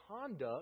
conduct